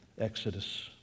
Exodus